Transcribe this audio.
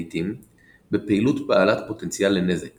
לעיתים בפעילות בעלת פוטנציאל לנזק